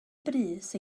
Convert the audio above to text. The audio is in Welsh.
brys